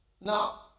Now